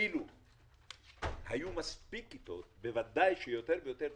אילו היו מספיק כיתות אז בוודאי יותר ויותר תלמידים,